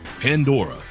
Pandora